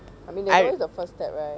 I mean there's always the first step right